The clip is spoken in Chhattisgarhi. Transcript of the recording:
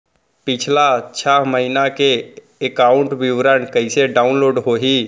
पिछला छः महीना के एकाउंट विवरण कइसे डाऊनलोड होही?